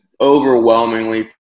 overwhelmingly